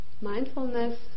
mindfulness